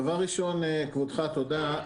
כבודך, תודה.